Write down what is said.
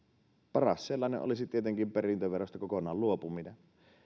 paras sellainen olisi tietenkin perintöverosta kokonaan luopuminen